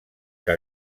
que